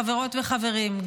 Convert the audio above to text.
חברות וחברים,